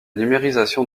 numérisation